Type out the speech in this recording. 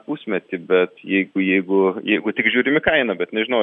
pusmetį bet jeigu jeigu jeigu tik žiūrim į kainą bet nežinau